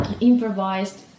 improvised